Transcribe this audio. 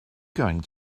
going